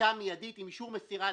דרישה מידית עם אישור מסירה,